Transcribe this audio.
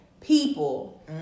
People